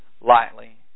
lightly